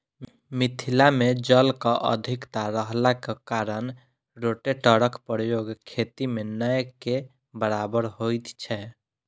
मिथिला मे जलक अधिकता रहलाक कारणेँ रोटेटरक प्रयोग खेती मे नै के बराबर होइत छै